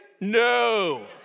No